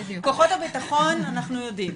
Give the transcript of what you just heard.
כוחות הביטחון אנחנו יודעים,